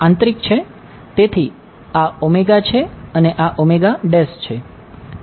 તેથી આ છે અને આ છે